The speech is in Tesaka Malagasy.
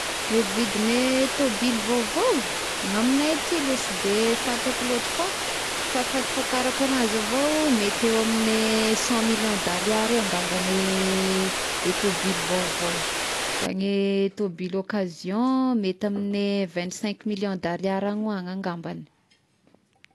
Eh vidin'gne tôbily vaovao? Gna amignay aty lo sy de fantatro loatry fa fahafatafatarako agnazy avao mety eo amin'gne cent millions d'ariary eo ngambagny i tôbily vaovao, da gne tôbily occasion mety amin'gne vingt cinq millions d'ariary agny ho agny angambany.